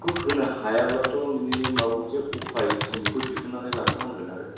बेखौ होनो हायाब्लाथ' मानि माबा मोनसे उफाय जों बेखौ दिहुननानै लाखानांगोन आरो